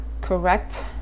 correct